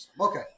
Okay